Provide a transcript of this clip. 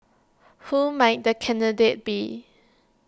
who might the candidate be